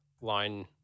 line